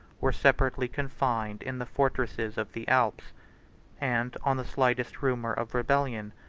were separately confined in the fortresses of the alps and, on the slightest rumor of rebellion,